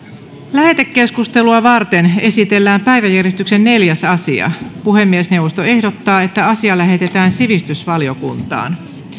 lähetekeskustelua varten esitellään päiväjärjestyksen neljäs asia puhemiesneuvosto ehdottaa että asia lähetetään sivistysvaliokuntaan